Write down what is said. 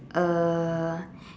uh